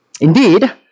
Indeed